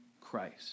Christ